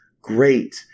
great